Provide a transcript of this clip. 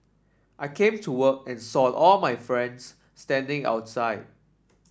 I came to work and saw all my friends standing outside